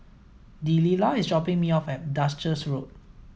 Delila is dropping me off at Duchess Road